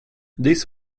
this